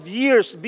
years